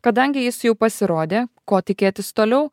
kadangi jis jau pasirodė ko tikėtis toliau